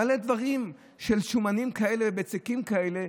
מלא דברים של שומנים כאלה ובצקים כאלה,